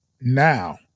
Now